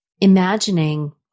imagining